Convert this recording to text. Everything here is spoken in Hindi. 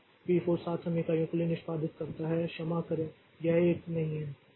तो पी 4 7 समय इकाइयों के लिए निष्पादित करता है क्षमा करें यह एक नहीं है